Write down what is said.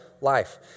life